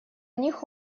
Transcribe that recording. них